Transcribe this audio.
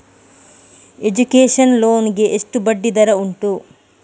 Education loan ಗೆ ಎಷ್ಟು ಬಡ್ಡಿ ದರ ಉಂಟು?